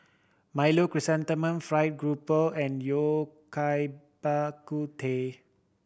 milo Chrysanthemum Fried Garoupa and yao kai Bak Kut Teh